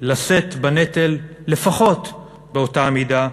לשאת בנטל לפחות באותה מידה,